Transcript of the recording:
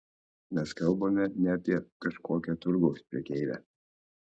mes kalbame ne apie kažkokią turgaus prekeivę